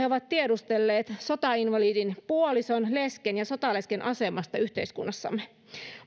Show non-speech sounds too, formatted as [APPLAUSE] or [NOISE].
[UNINTELLIGIBLE] ovat tiedustelleet sotainvalidin puolison lesken ja sotalesken asemasta yhteiskunnassamme